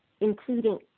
including